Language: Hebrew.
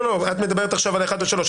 את מדברת עכשיו על (1) עד (3).